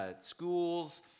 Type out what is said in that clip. schools